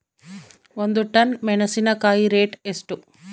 ಒಂದು ಟನ್ ಮೆನೆಸಿನಕಾಯಿ ರೇಟ್ ಎಷ್ಟು?